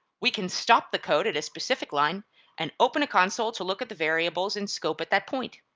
we can stop the code at a specific line and open a console to look at the variables in scope at that point.